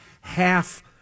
half